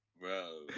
Bro